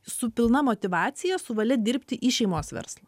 su pilna motyvacija su valia dirbti į šeimos verslą